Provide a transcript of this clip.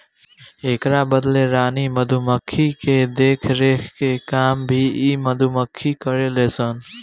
एकरा बदले रानी मधुमक्खी के देखरेख के काम भी इ मधुमक्खी करेले सन